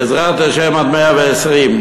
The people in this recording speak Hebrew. בעזרת השם, עד מאה-ועשרים.